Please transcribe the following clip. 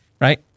right